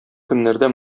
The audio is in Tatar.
көннәрдә